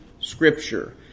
scripture